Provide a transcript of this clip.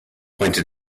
pointed